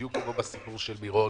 בדיוק כמו בסיפור של מירון,